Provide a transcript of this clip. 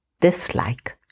dislike